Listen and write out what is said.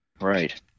Right